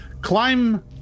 Climb